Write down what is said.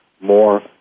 more